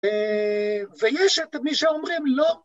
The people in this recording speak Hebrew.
‫ויש את מי שאומרים, לא.